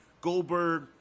Goldberg